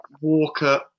Walker